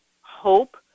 hope